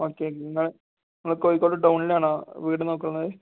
okay okay നിങ്ങൾ നിങ്ങൾ കോഴിക്കോട് ടൗണിലാണോ വീട് നോക്കുന്നത്